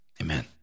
Amen